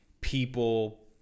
people